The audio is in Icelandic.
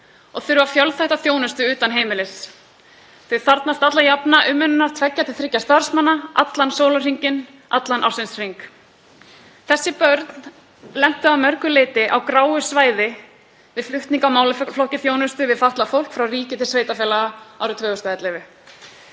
og þurfa fjölþætta þjónustu utan heimilis. Þau þarfnast alla jafna umönnunar tveggja til þriggja starfsmanna allan sólarhringinn allan ársins hring. Þessi börn lentu að mörgu leyti á gráu svæði við flutning á málaflokki þjónustu við fatlað fólk frá ríki til sveitarfélaga árið 2011. Þau hafa